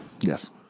Yes